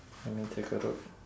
let me take a look